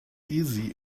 easy